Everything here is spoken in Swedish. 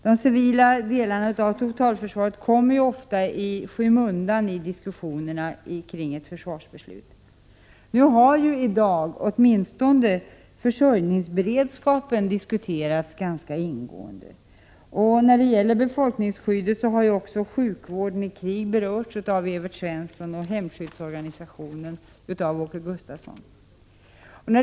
De civila delarna av totalförsvaret kommer ofta i skymundan i diskussionerna kring ett försvarsbeslut. Nu har åtminstone försörjningsberedskapen diskuterats ganska ingående i dag, och när det gäller befolkningsskyddet har också sjukvården i krig berörts av Evert Svensson och hemskyddsorganisationen av Åke Gustavsson.